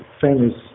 famous